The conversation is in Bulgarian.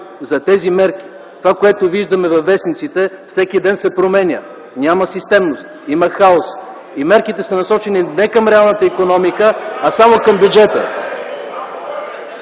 за тези мерки. Това, което виждаме във вестниците, всеки ден се променя. Няма системност, има хаос и мерките са насочени не към реалната икономика, а само към бюджета.